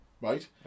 Right